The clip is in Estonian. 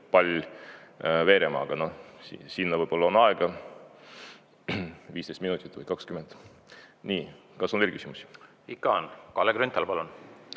see pall veerema. Sinna võib-olla on aega, 15 minutit või 20. Nii. Kas on veel küsimusi? Ikka on. Kalle Grünthal, palun!